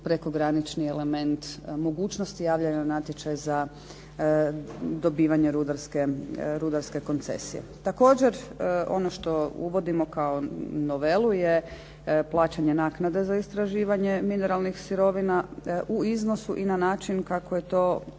prekogranični element i mogućnost javljanja na natječaj za dobivanje rudarske koncesije. Također ono što uvodimo kao novelu je plaćanje naknade za istraživanje mineralnih sirovina u iznosu i na način kako je to određeno